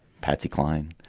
patsy cline.